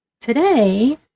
Today